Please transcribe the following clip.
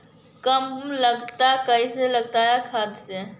कम लागत कैसे लगतय खाद से?